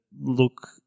look